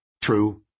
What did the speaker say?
true